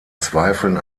zweifeln